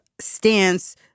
stance